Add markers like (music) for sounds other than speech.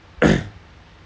(coughs)